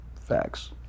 Facts